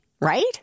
right